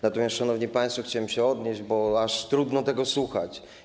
Natomiast, szanowni państwo, chciałem się odnieść do dyskusji, bo aż trudno tego słuchać.